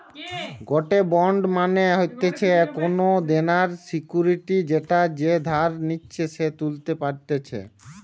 গটে বন্ড মানে হতিছে কোনো দেনার সিকুইরিটি যেটা যে ধার নিচ্ছে সে তুলতে পারতেছে